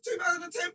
2010